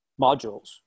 modules